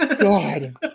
God